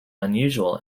unusual